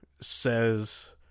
says